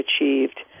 achieved